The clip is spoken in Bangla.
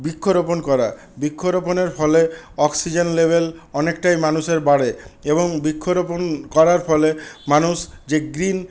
বৃক্ষরোপণ করা বৃক্ষরোপণের ফলে অক্সিজেন লেভেল অনেকটাই মানুষের বাড়ে এবং বৃক্ষরোপণ করার ফলে মানুষ যে গ্রিন